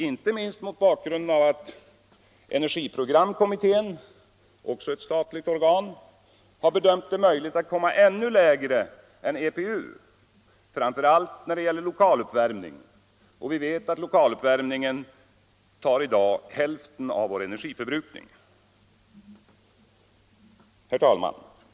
Inte minst mot bakgrunden att EPK, energiprogramkommittén — också ett statligt organ — har bedömt det möjligt att komma ännu längre än EPU, framför allt när det gäller lokaluppvärmning. Och vi vet att lokaluppvärmningen i dag tar hälften av vår energiförbrukning.